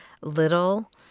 little